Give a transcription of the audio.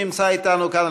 שנמצא איתנו כאן,